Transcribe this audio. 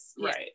right